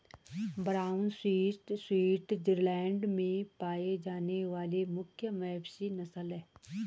brown swiss Switzerland में पाई जाने वाली मुख्य मवेशी नस्ल है